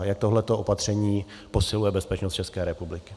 Jak tohle opatření posiluje bezpečnost České republiky?